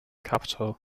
capitol